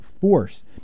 force